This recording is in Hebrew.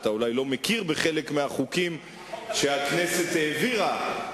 ואולי אתה לא מכיר בחלק מהחוקים שהכנסת העבירה,